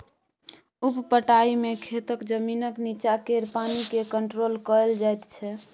उप पटाइ मे खेतक जमीनक नीच्चाँ केर पानि केँ कंट्रोल कएल जाइत छै